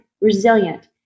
resilient